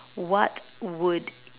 what would